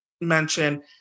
mention